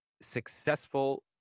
successful